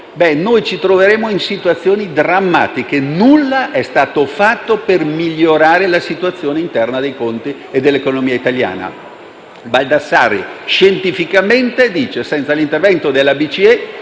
noi ci troveremmo in situazioni drammatiche. Nulla è stato fatto per migliorare la situazione interna dei conti e dell'economia italiana. Baldassarri scientificamente dice che senza l'intervento della BCE